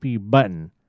button